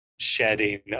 shedding